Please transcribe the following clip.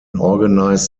organized